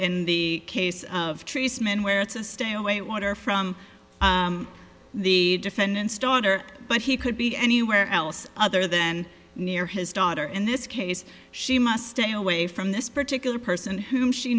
in the case of trees men where to stay away water from the defendant's daughter but he could be anywhere else other then near his daughter in this case she must stay away from this particular person whom she